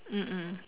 mm mm